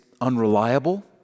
unreliable